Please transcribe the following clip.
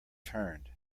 turned